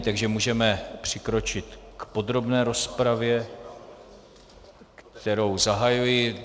Takže můžeme přikročit k podrobné rozpravě, kterou zahajuji.